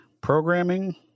programming